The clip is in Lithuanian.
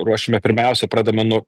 ruošiame pirmiausia pradame nuo